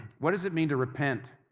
what does it mean to repent?